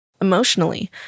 Emotionally